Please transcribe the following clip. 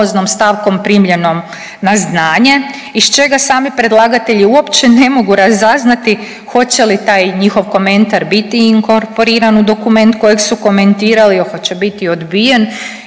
stavkom primljenom na znanje iz čega sami predlagatelji uopće ne mogu razaznati hoće li taj njihov komentar biti inkorporiran u dokument kojeg su komentirali, hoće biti odbijen